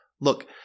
Look